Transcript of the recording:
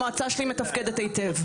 המועצה שלי מתפקדת היטב.